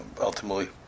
ultimately